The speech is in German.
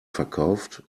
verkauft